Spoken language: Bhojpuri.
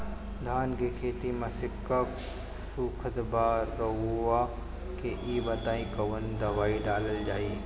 धान के खेती में सिक्का सुखत बा रउआ के ई बताईं कवन दवाइ डालल जाई?